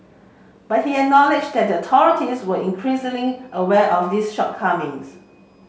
but he acknowledged that authorities were increasingly aware of these shortcomings